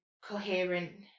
coherent